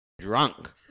drunk